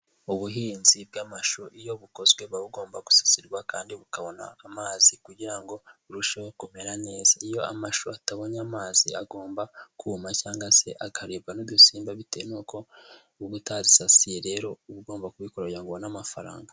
Ubuhinzi bw'amashu iyo bukozwe bababa ugomba gusasirwa kandi bukabona amazi kugira ngo burusheho kumera neza, iyo amashu atabonye amazi agomba kuma cyangwa se akaribwa n'udusimba bitewe n'uko uba utazisasiye rero uba ugomba kubikora kugira ngo ubone amafaranga.